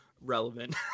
Relevant